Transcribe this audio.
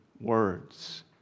words